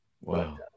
Wow